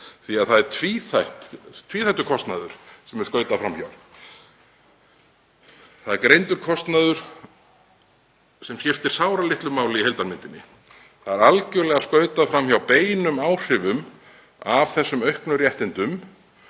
því að það er tvíþættur kostnaður sem er skautað fram hjá. Það er greindur kostnaður sem skiptir sáralitlu máli í heildarmyndinni. Það er algjörlega skautað fram hjá beinum áhrifum af þessum auknu réttindum.